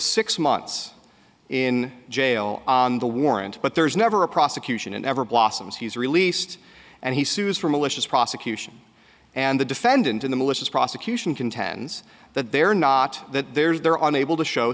six months in jail on the warrant but there's never a prosecution and ever blossoms he's released and he sues for malicious prosecution and the defendant in the malicious prosecution contends that they're not that there's there are unable to show